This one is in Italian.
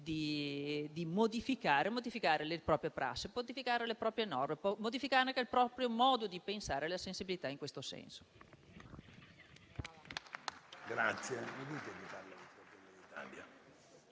di modificare le proprie prassi, le proprie norme e il proprio modo di pensare alla sensibilità in questo senso.